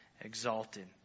exalted